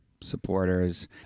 supporters